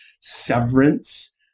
severance